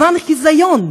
למען החיזיון,